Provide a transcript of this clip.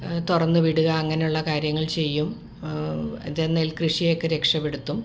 തുറന്നു വിടുക അങ്ങനെയുള്ള കാര്യങ്ങള് ചെയ്യും അത് നെൽ കൃഷിയെയൊക്കെ രക്ഷപ്പെടുത്തും